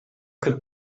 could